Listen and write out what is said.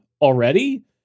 already